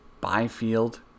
Byfield